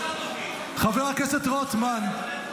--- חבר הכנסת רוטמן.